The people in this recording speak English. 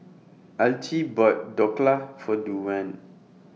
Al Tee bought Dhokla For Duane